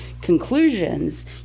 conclusions